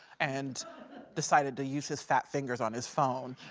and decided to use his fat fingers on his phone.